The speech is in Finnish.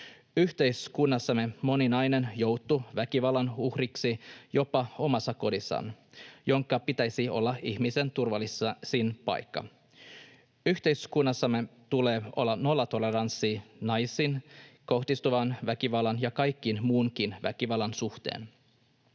Yhteiskunnassamme moni nainen joutuu väkivallan uhriksi jopa omassa kodissaan, jonka pitäisi olla ihmisen turvallisin paikka. Yhteiskunnassamme tulee olla nollatoleranssi naisiin kohdistuvan väkivallan ja kaiken muunkin väkivallan suhteen.